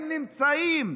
הם נמצאים,